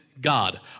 God